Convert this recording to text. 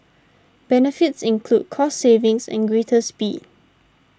benefits include cost savings and greater speed